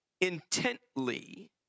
intently